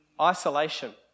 isolation